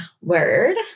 word